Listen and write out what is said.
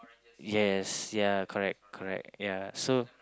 yes ya correct correct ya so